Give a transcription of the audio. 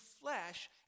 flesh